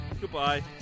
Goodbye